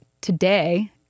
today